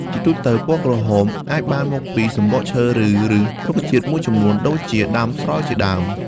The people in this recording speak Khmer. ជាទូទៅ ពណ៌ក្រហមអាចបានមកពីសំបកឈើឬឫសរុក្ខជាតិមួយចំនួនដូចជាដើមស្រល់ជាដើម។